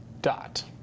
dot.